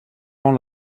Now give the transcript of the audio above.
veu